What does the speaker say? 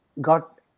got